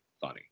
funny